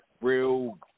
real